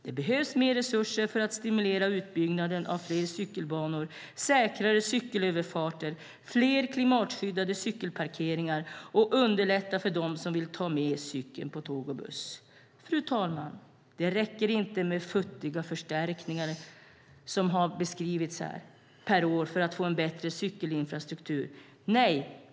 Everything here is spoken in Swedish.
Det behövs mer resurser för att stimulera utbyggnaden av fler cykelbanor, säkrare cykelöverfarter och fler klimatskyddade cykelparkeringar. Man behöver också underlätta för dem som vill ta med cykeln på tåg och buss. Fru talman! För att få en bättre cykelinfrastruktur räcker det inte med de futtiga förstärkningar per år som har beskrivits här.